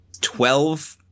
twelve